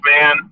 man